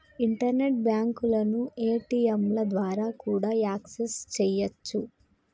internet బ్యాంకులను ఏ.టీ.యంల ద్వారా కూడా యాక్సెస్ చెయ్యొచ్చు